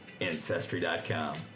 Ancestry.com